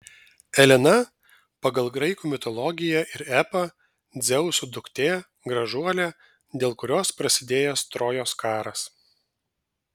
elena pagal graikų mitologiją ir epą dzeuso duktė gražuolė dėl kurios prasidėjęs trojos karas